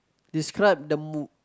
describe the m~